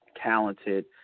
talented